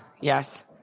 Yes